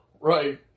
Right